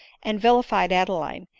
and vilified adeline,